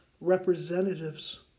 representatives